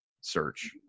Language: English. search